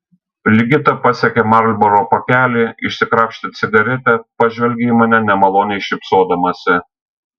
ligita pasiekė marlboro pakelį išsikrapštė cigaretę pažvelgė į mane nemaloniai šypsodamasi